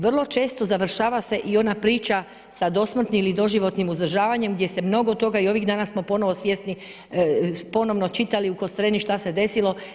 Vrlo često završava se i ona priča sa dosmrtnim ili doživotnim uzdržavanjem gdje se mnogo toga i ovih dana smo ponovo svjesni, ponovno čitali u Kostreni šta se desilo.